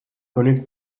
könig